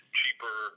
cheaper